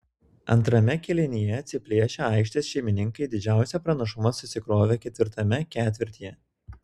antrame kėlinyje atsiplėšę aikštės šeimininkai didžiausią pranašumą susikrovė ketvirtame ketvirtyje